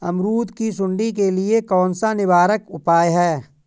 अमरूद की सुंडी के लिए कौन सा निवारक उपाय है?